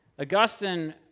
Augustine